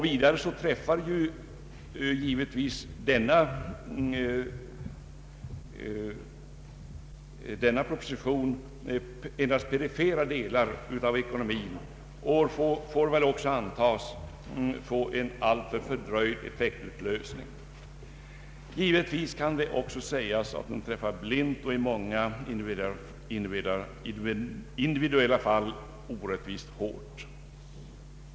Vidare träffar denna proposition endast perifera delar av ekonomin och får väl också antas få en alltför fördröjd effektutlösning. Givetvis kan också sägas att den träffar blint och i många individuella fall orättvist hårt.